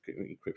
encryption